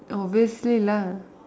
obviously lah